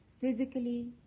physically